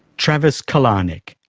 travis kalanick,